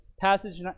passage